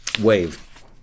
wave